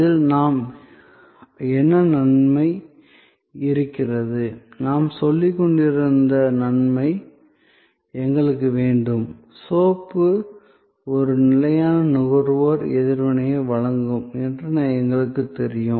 அதில் என்ன நன்மை இருக்கிறது நான் சொல்லிக்கொண்டிருந்த நன்மை எங்களுக்கு வேண்டும் சோப்பு ஒரு நிலையான நுகர்வோர் எதிர்வினையை வழங்கும் என்று எங்களுக்குத் தெரியும்